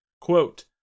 quote